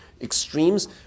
extremes